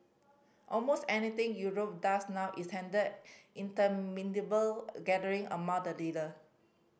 almost anything Europe does now is handled in interminable gathering among the leader